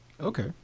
Okay